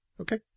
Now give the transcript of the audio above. Okay